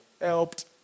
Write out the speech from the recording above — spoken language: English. helped